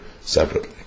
separately